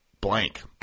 blank